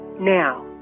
Now